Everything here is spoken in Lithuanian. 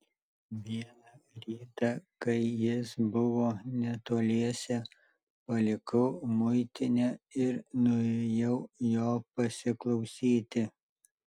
vieną rytą kai jis buvo netoliese palikau muitinę ir nuėjau jo pasiklausyti